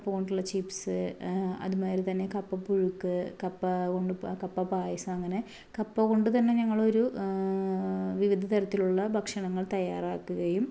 കപ്പ കൊണ്ടുള്ള ചിപ്സ്സ് അത്മാരിതന്നെ കപ്പ പുഴുക്ക് കപ്പ കൊണ്ട് കപ്പ പായസം അങ്ങനെ കപ്പ കൊണ്ട് തന്നെ ഞങ്ങൾ ഒരു വിവിധ തരത്തിലുള്ള ഭക്ഷണങ്ങള് തയ്യാറാക്കുകയും